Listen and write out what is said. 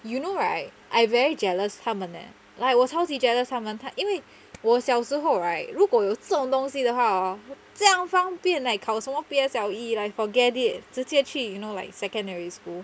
you know right I very jealous 他们 leh like 我超级 jealous 他们他因为我小时候 right 如果有这种东西的话 hor 这样方便 like 考什么 P_S_L_E like forget it 直接去 you know like secondary school